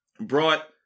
brought